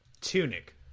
Tunic